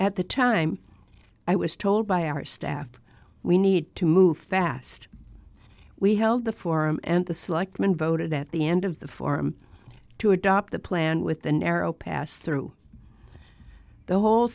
at the time i was told by our staff we need to move fast we held the forum and the selectmen voted at the end of the form to adopt the plan with the narrow pass through the whole